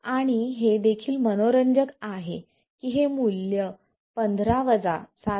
आणि हे देखील मनोरंजक आहे की हे मूल्य 15 7